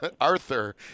Arthur